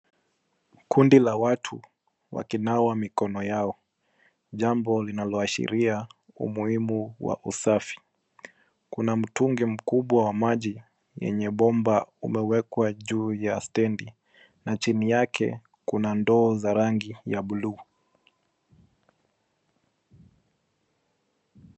Kundi la watu wakinawa mikono yao jambo linaloashiria umuhimu wa usafi. Kuna mtunge mkubwa wa maji yenye bomba umewekwa juu ya stendi na chini yake kuna ndoo za rangi ya bluu.